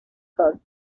cuts